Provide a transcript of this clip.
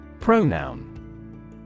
Pronoun